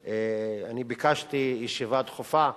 ביקשתי ישיבה דחופה,